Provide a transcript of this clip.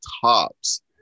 tops